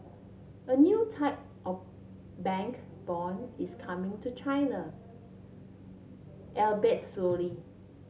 a new type of bank bond is coming to China albeit slowly